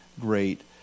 great